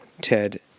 Ted